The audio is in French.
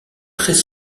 très